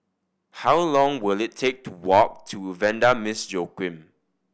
how long will it take to walk to Vanda Miss Joaquim